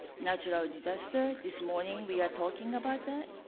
natural disaster. this morning, we are talking about that.